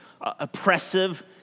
oppressive